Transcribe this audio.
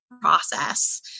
process